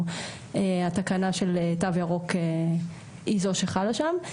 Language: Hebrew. אז התקנה של תו ירוק היא זו שחלה שם.